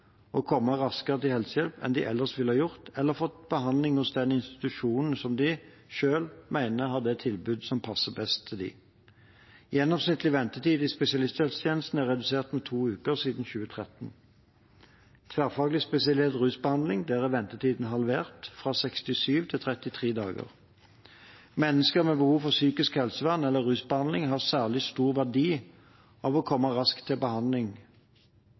raskere til helsehjelp enn de ellers ville ha gjort, eller fått behandling hos den institusjonen som de selv mener har det tilbudet som passer dem best. Gjennomsnittlig ventetid i spesialisthelsetjenesten er redusert med to uker siden 2013. I tverrfaglig spesialisert rusbehandling er ventetidene halvert, fra 67 til 33 dager. Mennesker med behov for psykisk helsevern eller rusbehandling har særlig stor verdi av å komme raskt til behandling.